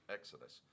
Exodus